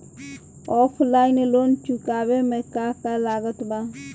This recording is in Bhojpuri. ऑफलाइन लोन चुकावे म का का लागत बा?